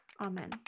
Amen